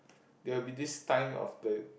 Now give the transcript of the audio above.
they will be this time of the